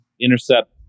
intercept